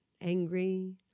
angry